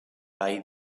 vall